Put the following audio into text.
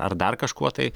ar dar kažkuo tai